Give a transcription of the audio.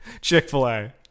Chick-fil-A